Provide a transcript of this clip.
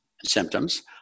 symptoms